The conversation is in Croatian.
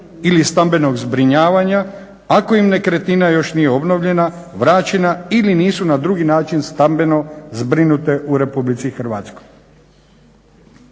ili stambenog zbrinjavanja, ako im nekretnina još nije obnovljena, vraćena ili nisu na drugi način stambeno zbrinute u Republici Hrvatskoj.